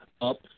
up